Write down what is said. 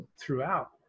throughout